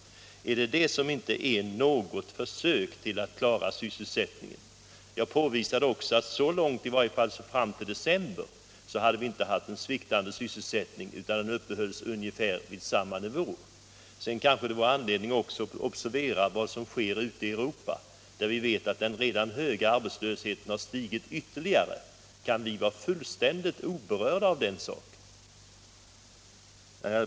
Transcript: Är det detta som inte är något försök att klara sysselsättningen? Jag påvisade också att i varje fall så långt fram som till december var sysselsättningen inte sviktande utan uppehölls vid ungefår samma nivå. Sedan vore det kanske också anledning att observera vad som sker ute i Europa, där den redan höga arbetslösheten har stigit ytterligare. Kan vi vara fullständigt oberörda av den saken?